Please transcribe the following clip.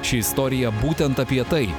ši istorija būtent apie tai